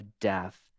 death